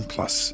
Plus